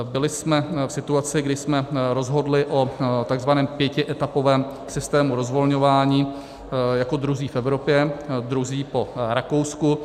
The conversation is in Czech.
Byli jsme v situaci, kdy jsme rozhodli o takzvaném pětietapovém systému rozvolňování jako druzí v Evropě, druzí po Rakousku.